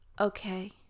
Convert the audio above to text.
Okay